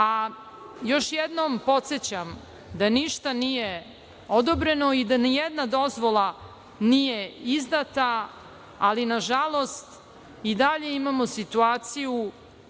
još jednom podsećam da ništa nije odobreno i da nijedna dozvola nije izdata, ali nažalost, i dalje imamo situaciju